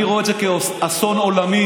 אני רואה את זה כאסון עולמי.